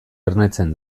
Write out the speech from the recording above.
ernetzen